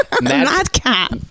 Madcap